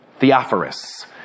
Theophorus